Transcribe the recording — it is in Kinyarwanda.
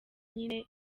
nyine